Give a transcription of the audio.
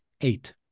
eight